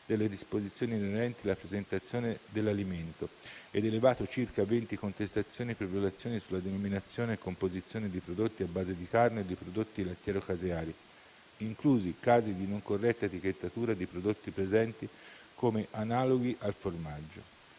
delle disposizioni inerenti la presentazione dell'alimento ed elevato circa 20 contestazioni per violazione sulla denominazione e composizione di prodotti a base di carne o di prodotti lattiero-caseari, inclusi casi di non corretta etichettatura di prodotti presenti come analoghi al formaggio.